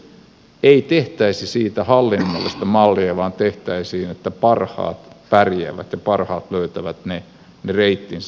ei tehtäisi siitä hallinnollista mallia vaan tehtäisiin niin että parhaat pärjäävät ja parhaat löytävät ne reittinsä